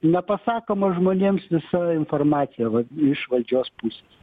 nepasakoma žmonėms visa informacija va iš valdžios pusės